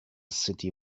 city